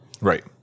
Right